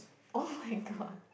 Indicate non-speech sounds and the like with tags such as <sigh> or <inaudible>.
oh <laughs> my god